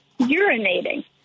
urinating